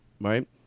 Right